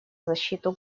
защиту